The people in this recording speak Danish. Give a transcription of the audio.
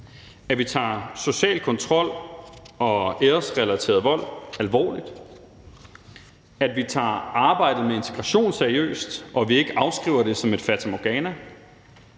at vi tager social kontrol og æresrelateret vold alvorligt; at vi tager arbejdet med integration seriøst, og at vi ikke afskriver det som et fatamorgana;